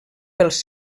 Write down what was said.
pels